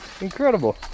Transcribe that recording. Incredible